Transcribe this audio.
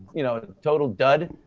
you know, total dud,